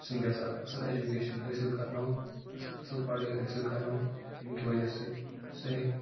سُہ چھُسَن بہٕ یژھان اَکھ اَصٕل ایٚجُوکیشَن حٲصِل کرناوُن اَصٕل اَصٕل پڑٲے حٲصِل کرناوُن ییٚمہِ کہِ وَجَہ سٟتۍ سُہ ہیٚکہِ